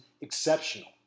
exceptional